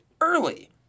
early